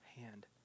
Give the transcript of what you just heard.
hand